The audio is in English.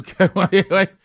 Okay